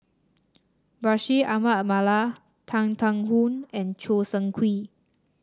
Bashir Ahmad Mallal Tan Thuan Heng and Choo Seng Quee